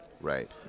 Right